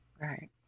Right